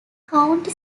county